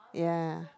ya